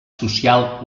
social